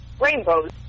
rainbows